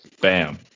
Bam